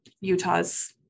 Utah's